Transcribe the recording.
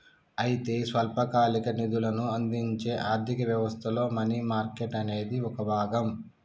అయితే స్వల్పకాలిక నిధులను అందించే ఆర్థిక వ్యవస్థలో మనీ మార్కెట్ అనేది ఒక భాగం